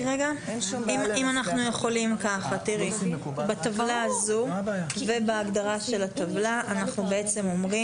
תראי אם אפשר ככה: בטבלה הזאת ובהגדרה של הטבלה אנחנו אומרים